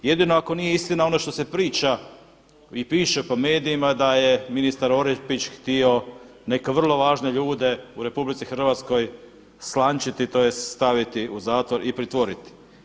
Jedino ako nije istina ono što se priča i piše po medijima, da je ministar Orepić htio neke vrlo važne ljude u Republici Hrvatskoj slančiti, tj. staviti u zatvor i pritvoriti.